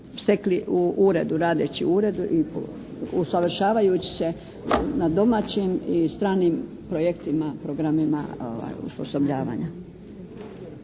stekli u Uredu, radeći u Uredu i usavršavajući se na domaćim i stranim projektima, programima osposobljavanja.